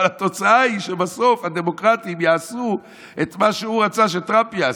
אבל התוצאה היא שבסוף הדמוקרטים יעשו את מה שהוא רצה שטראמפ יעשה,